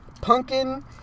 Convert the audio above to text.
pumpkin